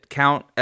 count